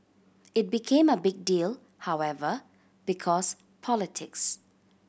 it became a big deal however because politics